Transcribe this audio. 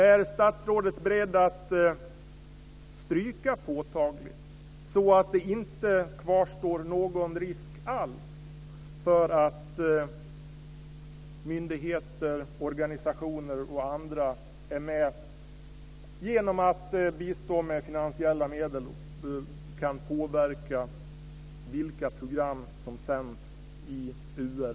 Är statsrådet beredd att stryka "påtagligt" så att det inte kvarstår någon risk alls för att myndigheter, organisationer och andra genom att bistå med finansiella medel kan påverka vilka program som sänds i UR,